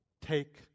take